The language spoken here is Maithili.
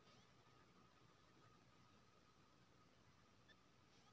दोरस या दोमट माटी में दलहन के केना फसल उचित होतै?